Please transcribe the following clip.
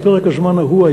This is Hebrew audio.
בפרק הזמן ההוא,